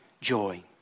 joy